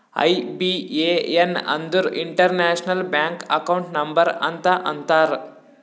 IBAN ಅಂದುರ್ international bank account number ಅಂತ ಅಂತಾರ್